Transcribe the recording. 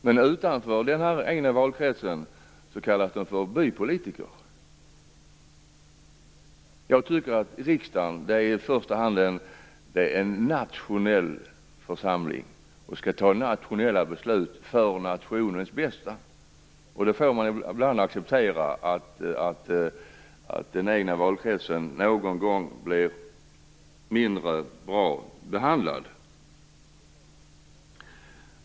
Men utanför den egna valkretsen kallas de för bypolitiker. Jag tycker att riksdagen i första hand är en nationell församling och skall fatta nationella beslut för nationens bästa. Då får man ibland acceptera att den egna valkretsen någon gång blir mindre bra behandlad.